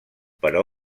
però